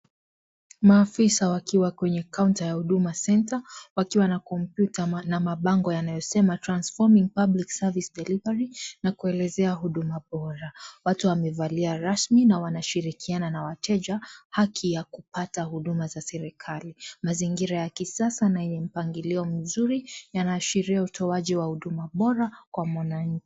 Maafisa wakiwa kwenye counta ya huduma center (cs) wakiwa na kompyuta na mabango yanayosema (cs) transforming public service delivery na kuelezea huduma bora watu wamevalia rasmi na wanashirikiana na wateja haki hata huduma za serikali masjira ya kisasa na mpangilio mzuri yanaadhiria utowaji wa huduma bora kwa wananchi.